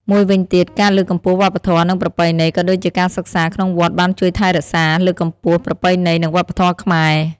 មួយវិញទៀត ការលើកកម្ពស់វប្បធម៌ និងប្រពៃណី ក៏ដូចជាការសិក្សាក្នុងវត្តបានជួយថែរក្សា លើកកម្ពស់ប្រពៃណី និងវប្បធម៌ខ្មែរ។